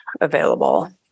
available